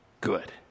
good